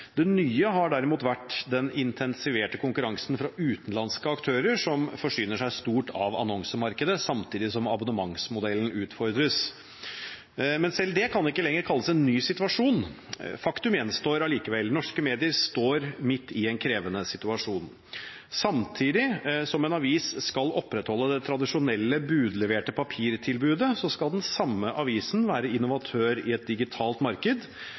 Det nye har vært den intensiverte konkurransen fra utenlandske aktører som forsyner seg stort av annonsemarkedet, samtidig som abonnementsmodellen utfordres. Men selv det kan ikke lenger kalles en ny situasjon. Faktum gjenstår likevel: Norske medier står midt i en krevende situasjon. Samtidig som en avis skal opprettholde det tradisjonelle budleverte papirtilbudet, skal den samme avisen være innovatør i et digitalt marked,